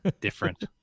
different